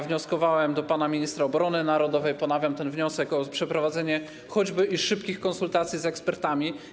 Wnioskowałem do pana ministra obrony narodowej, ponawiam ten wniosek, o przeprowadzenie choćby i szybkich konsultacji z ekspertami.